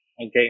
okay